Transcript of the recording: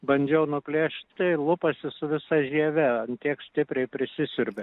bandžiau nuplėšt tai lupasi su visa žieve ant tiek stipriai prisisiurbia